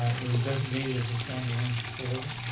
it was designated as a stand-alone facility.